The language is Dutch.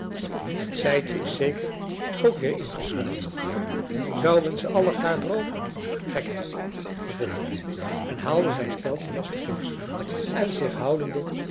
en sijtje is zeker ook weer ingesluimerd zouën ze allegaar droomen gekheid vervolgde hij en haalde zijn veldflesch te voorschijn en zich houdende